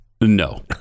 No